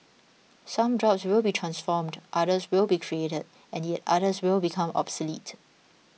some jobs will be transformed others will be created and yet others will become obsolete